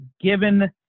given